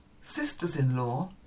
Sisters-in-law